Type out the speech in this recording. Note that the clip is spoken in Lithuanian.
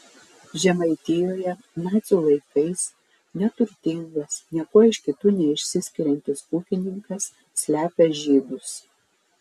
žemaitijoje nacių laikais neturtingas niekuo iš kitų neišsiskiriantis ūkininkas slepia žydus